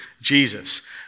Jesus